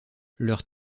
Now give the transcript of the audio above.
leurs